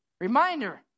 Reminder